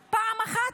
ו- פעם אחת,